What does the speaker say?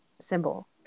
symbol